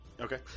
Okay